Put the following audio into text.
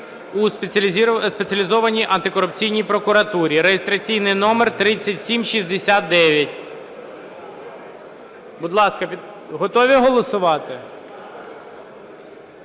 у Спеціалізованій антикорупційній прокуратурі (реєстраційний номер 3769). Готові голосувати?